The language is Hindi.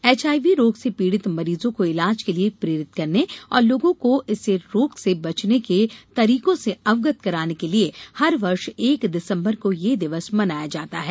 एचआईवी रोग से पीड़ित मरीजों को ईलाज के लिए प्रेरित करने और लोगों को इस रोक से बचने के तरीकों से अवगत कराने के लिए हर वर्ष एक दिसंबर को यह दिवस मनाया जाता है